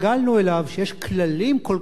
שיש כללים כל כך נוקשים,